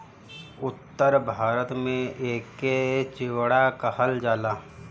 उत्तर भारत में एके चिवड़ा कहल जाला